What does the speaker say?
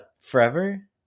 Forever